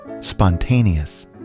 spontaneous